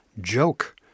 joke